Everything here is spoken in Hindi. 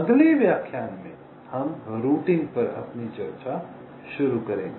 अगले व्याख्यान में हम रूटिंग पर अपनी चर्चा शुरू करेंगे